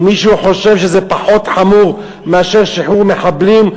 אם מישהו חושב שזה פחות חמור מאשר שחרור מחבלים,